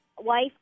Wife